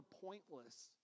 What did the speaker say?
pointless